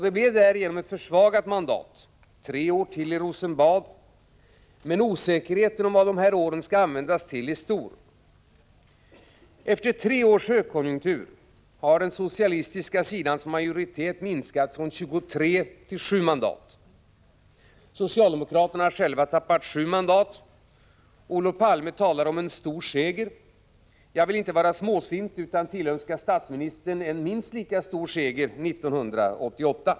Det blev därigenom ett försvagat mandat — tre år till i Rosenbad — men osäkerheten om vad de tre åren skall användas till är stor. Efter tre års högkonjunktur har den socialistiska sidans majoritet minskat från 23 till 7 mandat. Socialdemokraterna har själva tappat 7 mandat, och Olof Palme talar om en ”stor seger”. Jag vill inte vara småsint, utan jag tillönskar statsministern en minst lika stor seger 1988.